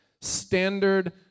standard